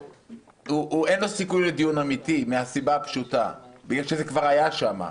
אין לו סיכוי לדיון אמיתי מהסיבה שזה כבר היה שם.